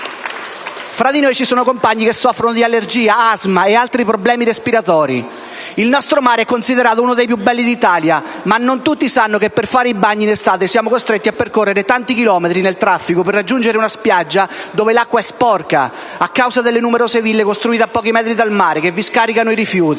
«Fra di noi ci sono compagni che soffrono di allergia, asma ed altri problemi respiratori. Il nostro mare è considerato uno dei più belli d'Italia, ma non tutti sanno che per fare i bagni in estate siamo costretti a percorrere tanti chilometri nel traffico per raggiungere una spiaggia, dove l'acqua è sporca a causa delle numerose ville costruite a pochi metri dal mare che vi scaricano rifiuti.